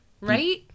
Right